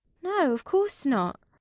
no, of course not.